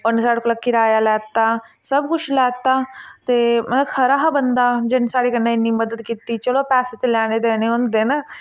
उन्नै साढ़े कोला किराया लैता सब कुछ लैता ते मतलब खरा हा बंदा जिन्नै साढ़े कन्नै इन्नी मदद कीती चलो पैसे ते लैने देने होंदे न